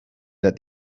that